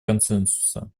консенсуса